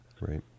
Right